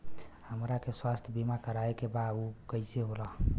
हमरा के स्वास्थ्य बीमा कराए के बा उ कईसे होला?